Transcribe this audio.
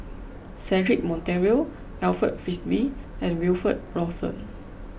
Cedric Monteiro Alfred Frisby and Wilfed Lawson